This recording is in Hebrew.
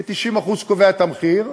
כי ה-90% קובע את המחיר,